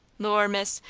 lor', miss,